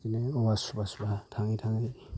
बिदिनो औवा सुबा सुबा थाङै थाङै